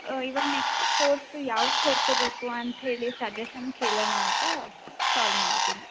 ಇವಾಗ next course ಯಾವ್ದು ಸೇರ್ಕೊಬೇಕು ಅಂತ ಹೇಳಿ ಸಜೆಷನ್ ಕೇಳೋಣ ಅಂತ ಕಾಲ್ ಮಾಡಿದ್ದೀನಿ